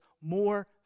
more